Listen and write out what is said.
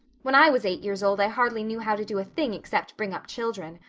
when i was eight years old i hardly knew how to do a thing except bring up children.